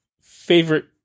favorite